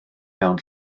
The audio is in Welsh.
mewn